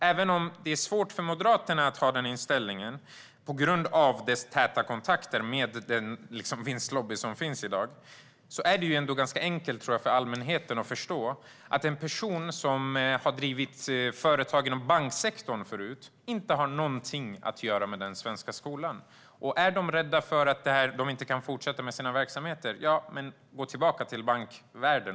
Även om det är svårt för Moderaterna att ha den inställningen, på grund av deras täta kontakter med den vinstlobby som finns i dag, tror jag ändå att det är ganska enkelt för allmänheten att förstå att en person som har drivit företag inom banksektorn tidigare inte har något att göra med den svenska skolan. Är man rädd för att inte kunna fortsätta med sina verksamheter, gå i så fall tillbaka till bankvärlden!